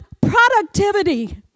productivity